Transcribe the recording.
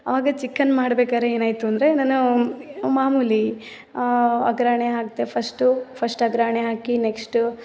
ಅವಾಗ ಚಿಕನ್ ಮಾಡ್ಬೇಕಾದ್ರೆ ಏನಾಯಿತು ಅಂದರೆ ನಾನು ಮಾಮೂಲಿ ಒಗ್ಗರಣೆ ಹಾಕಿದೆ ಫರ್ಸ್ಟು ಫಸ್ಟ್ ಒಗ್ಗರಣೆ ಹಾಕಿ ನೆಕ್ಷ್ಟು